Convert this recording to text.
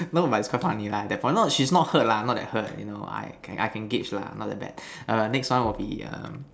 no but it's quite funny lah at that point no she's not hurt lah not that hurt you know I can I can gauge lah not that bad err next one will be um